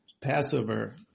Passover